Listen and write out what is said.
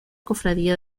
cofradía